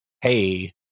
Hey